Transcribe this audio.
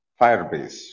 Firebase